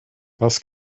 das